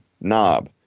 knob